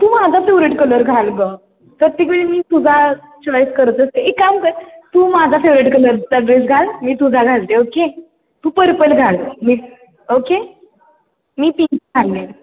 तू माझा favourite colour घाल गं प्रत्येक वेळी मी तुझा चॉईस करत असते एक काम कर तू माझा फेवरेट कलरचा ड्रेस घाल मी तुझा घालते ओके तू पर्पल घाल मी ओके मी पिंक घालेन